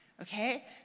okay